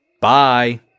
bye